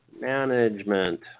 Management